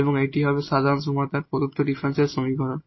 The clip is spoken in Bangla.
এবং এটি হবে সাধারণ সমাধান প্রদত্ত ডিফারেনশিয়াল সমীকরণ